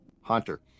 Hunter